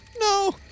no